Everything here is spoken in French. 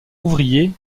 ouvrier